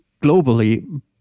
globally